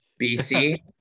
BC